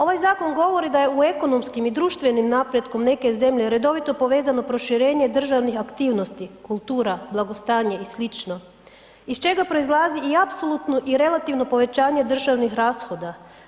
Ovaj zakon govori da je u ekonomskim i društvenim napretkom neke zemlje, redovito povezano proširenje državnih aktivnosti, kultura, blagostanje i sl. iz čega proizlazi i apsolutno i relativno povećanje državnih rashoda.